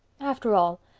after all,